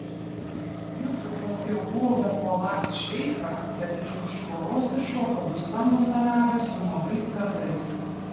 jusufas jau buvo bepuoląs šeichą bet iš už tvoros iššoko du stambūs arabai su nuogais kardais